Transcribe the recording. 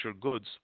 goods